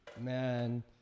Man